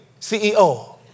CEO